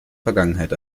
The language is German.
vergangenheit